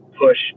push